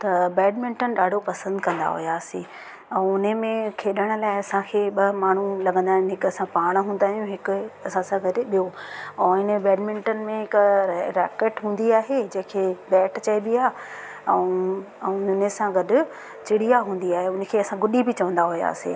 त बैडमिंटन ॾाढो पसंद कंदा हुआसीं अऊं उन में खेॾण लाइ असांखे ॿ माण्हू लॻंदा आइन हिकु असां पाण हूंदा आहियूं हिकु असां सां गॾु ॿियों ऐं इन बैडमिंटन में हिकु रै रैकेट हूंदी आहे जंहिंखे बैट चइबी आहे ऐं ऐं इन सां गॾु चिड़िया हूंदी आहे उन खे असां गुडी बि चवंदा हुआसीं